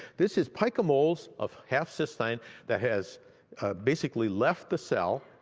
this is pico moles of half cystine that has basically left the cell